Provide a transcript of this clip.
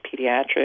pediatrics